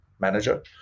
manager